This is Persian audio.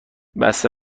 بسته